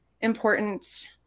important